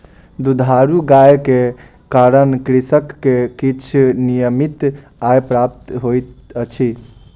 दुधारू गाय के कारण कृषक के किछ नियमित आय प्राप्त होइत अछि